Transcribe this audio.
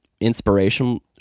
inspirational